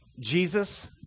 Jesus